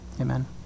amen